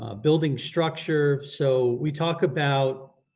ah building structure, so we talk about